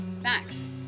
Max